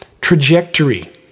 trajectory